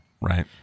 Right